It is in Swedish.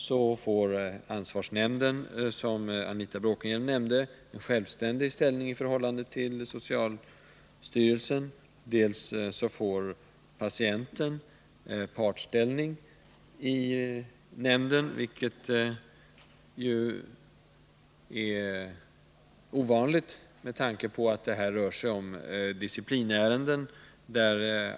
Dels får ansvarsnämnden, som Anita Bråkenhielm nämnde, en självständig ställning i förhållande till socialstyrelsen, dels får patienten partsställning i nämnden, vilket är ovanligt med tanke på att det här rör sig om disciplinärenden.